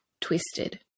twisted